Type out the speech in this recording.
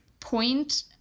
point